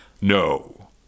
No